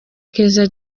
keza